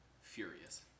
Furious